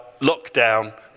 lockdown